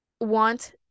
want